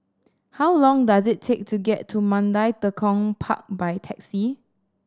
how long does it take to get to Mandai Tekong Park by taxi